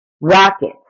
rockets